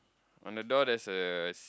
on the door there's a